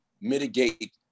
mitigate